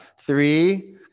Three